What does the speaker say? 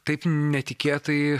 taip netikėtai